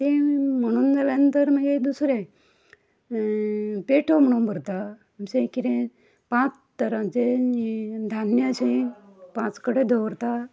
तें म्हणून जाल्या नंतर मागीर दुसरें पेठो म्हुणो भरता अशें कितें पांच तरांचें यें धान्य अशें पांच कडेन दवरता